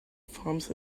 farms